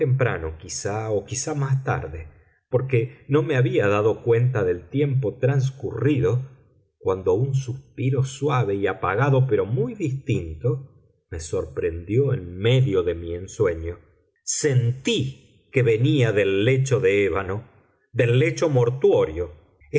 temprano quizá o quizá más tarde porque no me había dado cuenta del tiempo transcurrido cuando un suspiro suave y apagado pero muy distinto me sorprendió en medio de mi ensueño sentí que venía del lecho de ébano del lecho mortuorio